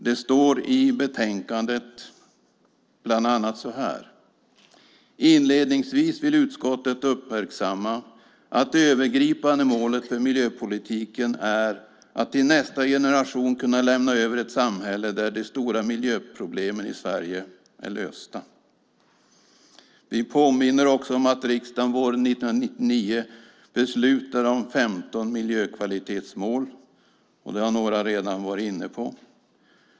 Det står i betänkandet bland annat så här: "Inledningsvis vill utskottet uppmärksamma att det övergripande målet för miljöpolitiken är att till nästa generation kunna lämna över ett samhälle där de stora miljöproblemen i Sverige är lösta." Utskottet påminner om att riksdagen våren 1999 beslutade om 15 miljökvalitetsmål. Det har några redan varit inne på.